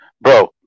Bro